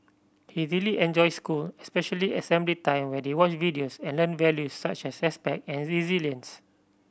he really enjoys school especially assembly time where they watch videos and learn values such as respect and resilience